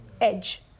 edge